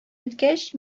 беткәч